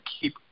Keep